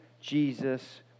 Jesus